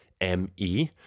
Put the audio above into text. M-E